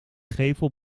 gevel